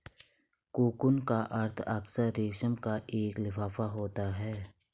cocoon का अर्थ अक्सर रेशम का एक लिफाफा होता है